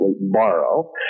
borrow